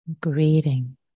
greeting